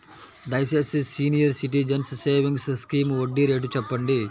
దయచేసి senior citizens savings scheme వడ్డీ rate చెప్పండి